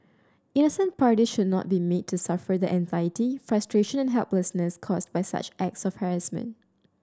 innocent party should not be made to suffer the anxiety frustration and helplessness caused by such acts of harassment